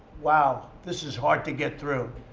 wow. this is hard to get through.